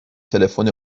تلفن